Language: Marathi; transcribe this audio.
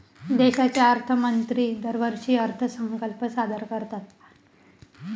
देशाचे अर्थमंत्री दरवर्षी अर्थसंकल्प सादर करतात